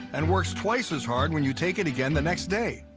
and works twice as hard when you take it again the next day.